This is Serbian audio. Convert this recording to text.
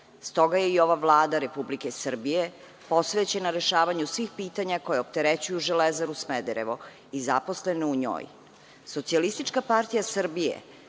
stoga je i ova Vlada Republike Srbije posvećena rešavanju svih pitanja koja opterećuju „Železaru Smederevo“ i zaposlene u njoj. Socijalistička partija Srbije